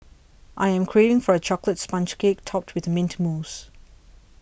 I am craving for a Chocolate Sponge Cake Topped with Mint Mousse